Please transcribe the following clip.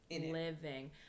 Living